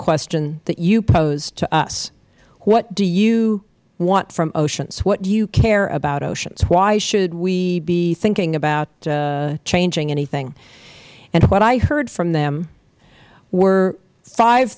question that you posed to us what do you want from oceans what do you care about oceans why should we be thinking about changing anything what i heard from them were five